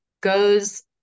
goes